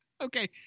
Okay